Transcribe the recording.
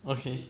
okay